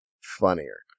funnier